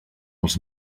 els